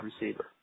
receiver